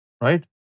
right